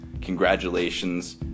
Congratulations